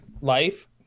life